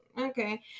okay